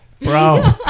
Bro